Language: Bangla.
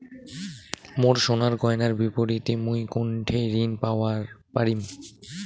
মোর সোনার গয়নার বিপরীতে মুই কোনঠে ঋণ পাওয়া পারি?